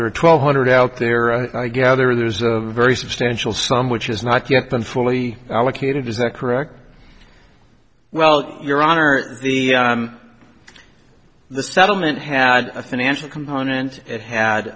there are twelve hundred out there and i gather there's a very substantial sum which has not yet been fully allocated is that correct well your honor the the settlement had a financial component it had